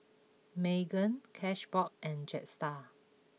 Megan Cashbox and Jetstar